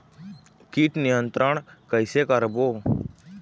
कीट नियंत्रण कइसे करबो?